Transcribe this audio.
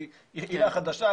כי הילה חדשה,